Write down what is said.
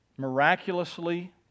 Miraculously